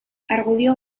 argudio